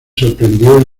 sorprendió